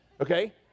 okay